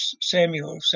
Samuel